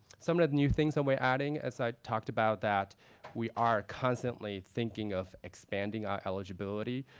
some of the new things that we're adding as i talked about that we are constantly thinking of expanding our eligibility.